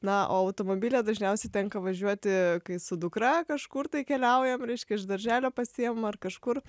na o automobilyje dažniausiai tenka važiuoti kai su dukra kažkur tai keliaujam reiškia iš darželio pasiima ar kažkur